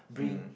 hmm